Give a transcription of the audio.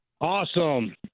Awesome